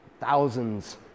Thousands